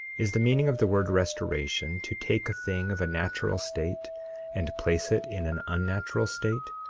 is the meaning of the word restoration to take a thing of a natural state and place it in an unnatural state,